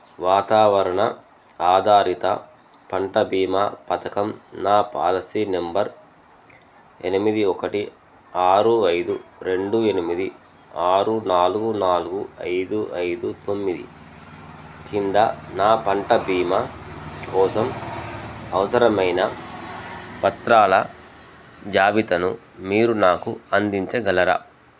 వాతావరణ ఆధారిత పంట భీమా పథకం నా పాలసీ నెంబర్ ఎనిమిది ఒకటి ఆరు ఐదు రెండు ఎనిమిది ఆరు నాలుగు నాలుగు ఐదు ఐదు తొమ్మిది కింద నా పంట భీమా కోసం అవసరమైన పత్రాల జాబితను మీరు నాకు అందించగలరా